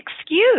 excuse